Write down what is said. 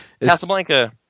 Casablanca